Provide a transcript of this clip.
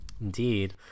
Indeed